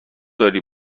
داری